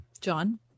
John